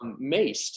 maced